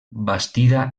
bastida